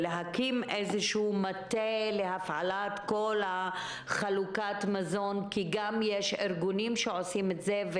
הקמת מטה להפעלת כל חלוקת המזון כי ישנם גם ארגונים שעושים את זה.